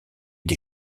des